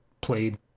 played